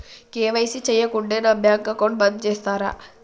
KYC చేయకుంటే నా bank account బంద్ చేస్తరా?